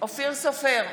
אופיר סופר,